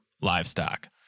livestock